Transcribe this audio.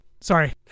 Sorry